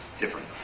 different